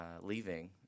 leaving